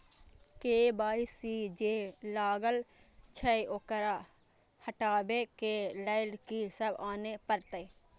KYC जे लागल छै ओकरा हटाबै के लैल की सब आने परतै?